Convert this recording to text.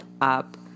up